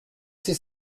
c’est